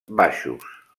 baixos